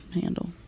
handle